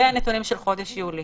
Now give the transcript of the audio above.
אלה הנתונים של חודש יולי.